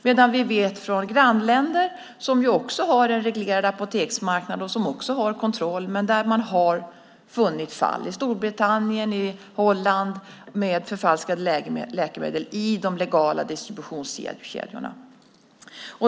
Däremot vet vi från grannländer, som också har en reglerad apoteksmarknad och kontroll, att man har funnit fall. I Storbritannien och Holland har man funnit förfalskade läkemedel i de legala distributionskedjorna.